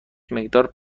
مقدار